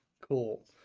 Cool